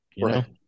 Right